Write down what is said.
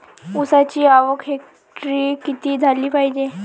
ऊसाची आवक हेक्टरी किती झाली पायजे?